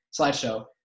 slideshow